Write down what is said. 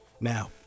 Now